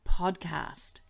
podcast